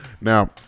Now